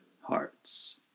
hearts